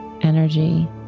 energy